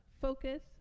focus